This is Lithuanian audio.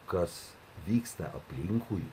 kas vyksta aplinkui